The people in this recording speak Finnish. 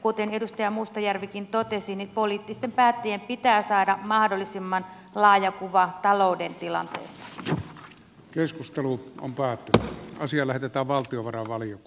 kuten edustaja mustajärvikin totesi niin poliittisten päättäjien pitää saada mahdollisimman laaja kuva talouden tila nyt keskustelu on päätetty asia lähetetään tilanteesta